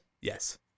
Yes